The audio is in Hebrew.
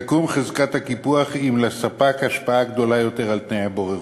תקום חזקת הקיפוח אם לספק השפעה גדולה יותר על תנאי הבוררות.